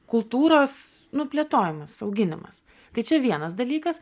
kultūros plėtojimas auginimas tai čia vienas dalykas